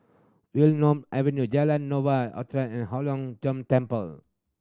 Wilmonar Avenue Jalan Novena Utara and Hong Lim Jiong Temple